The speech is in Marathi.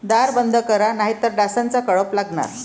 दार बंद करा नाहीतर डासांचा कळप लागणार